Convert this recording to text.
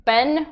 Ben